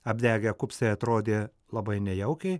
apdegę kupstai atrodė labai nejaukiai